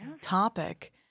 topic